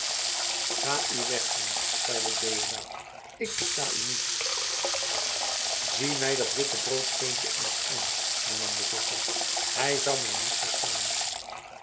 ga uw weg vriend zeide deodaat ik versta u niet zie mij dat wittebroodskindje eens aan hernam de visscher hij zou mij niet verstaan